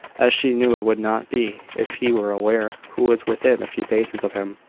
as she knew it would not be if he were aware who was within a few paces of him.